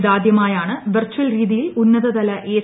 ഇതാദ്യമായാണ് വെർച്ചൽ രീതിയിൽ ഉന്നത തല എസ്